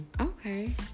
Okay